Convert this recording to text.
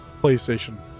playstation